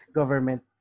government